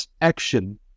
action